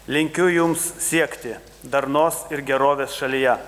linkiu jums siekti darnos ir gerovės šalyje